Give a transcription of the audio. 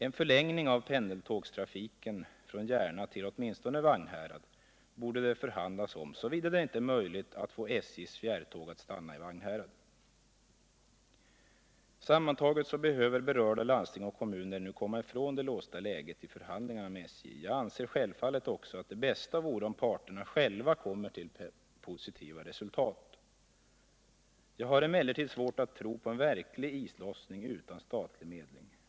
En förlängning av pendeltågstrafiken från Järna till åtminstone Vagnhärad borde det förhandlas om, såvida det inte är möjligt att få SJ:s fjärrtåg att stanna i Vagnhärad. Sammantaget behöver berörda landsting och kommuner nu komma ifrån det låsta läget i förhandlingarna med SJ. Jag anser självfallet också att det bästa vore om parterna själva kommer till positiva resultat. Jag har emellertid svårt att tro på en verklig islossning utan statlig medling.